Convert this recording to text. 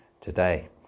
today